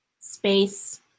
space